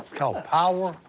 called power?